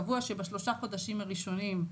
קבוע שבשלושה החודשים האחרונים,